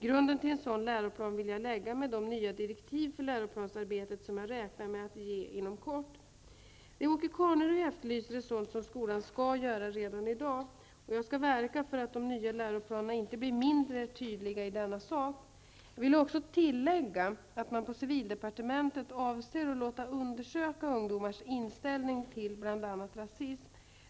Grunden till en sådan läroplan vill jag lägga med de nya direktiv för läroplansarbetet som jag räknar med att ge inom kort. Det Åke Carnerö efterlyser är sådant som skolan skall göra redan i dag. Jag skall verka för att de nya läroplanerna inte blir mindre tydliga i denna sak. Jag vill också tillägga att man på civildepartementet avser att låta undersöka ungdomars inställning till bl.a. just rasism.